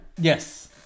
Yes